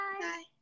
Bye